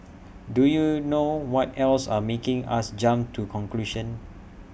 do you know what else are making us jump to conclusions